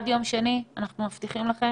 עד יום שני אנחנו מבטיחים לכם